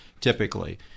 typically